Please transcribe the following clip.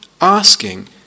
asking